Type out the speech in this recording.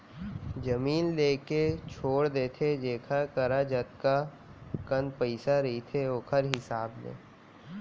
जमीन लेके छोड़ देथे जेखर करा जतका कन पइसा रहिथे ओखर हिसाब ले